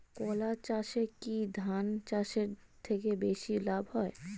কলা চাষে কী ধান চাষের থেকে বেশী লাভ হয়?